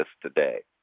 today